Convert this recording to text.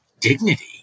dignity